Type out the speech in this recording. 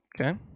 Okay